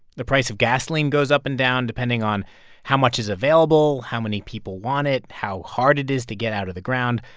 the price of gasoline goes up and down depending on how much is available, how many people want it, how hard it is to get out of the ground.